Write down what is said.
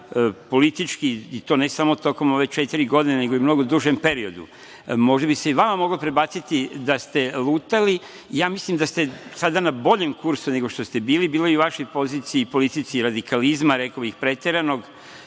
politički, ne samo tokom ove četiri godine, nego u mnogo dužem periodu. Možda bi se i vama moglo prebaciti da ste lutali. Ja mislim da ste sada na boljem kursu nego što ste bili. Bilo je i u vašoj politici radikalizma, rekao bih preteranog,